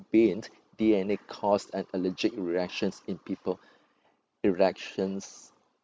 bean D_N_A caused an allergic reaction in people reactions